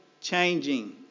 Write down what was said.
changing